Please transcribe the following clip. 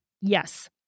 Yes